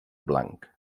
blanc